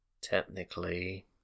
Technically